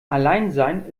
alleinsein